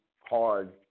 hard